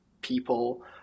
people